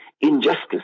injustice